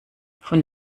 von